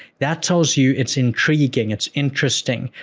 that tells you it's intriguing, it's interesting.